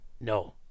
No